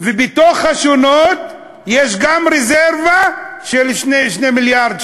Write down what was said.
ובתוך השונות יש גם רזרבה של 2 מיליארד,